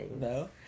No